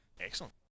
Excellent